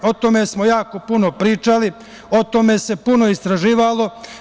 O tome smo jako puno pričali, o tome se puno istraživalo.